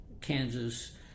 Kansas